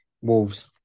Wolves